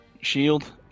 shield